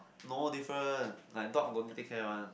no different like dog no need take care one